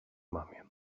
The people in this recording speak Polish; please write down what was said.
mamie